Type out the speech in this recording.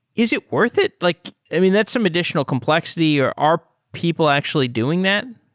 is it worth it? like i mean, that's some additional complexity, or are people actually doing that?